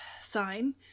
sign